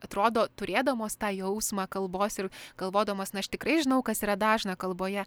atrodo turėdamos tą jausmą kalbos ir galvodamos na aš tikrai žinau kas yra dažna kalboje